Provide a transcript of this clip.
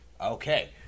Okay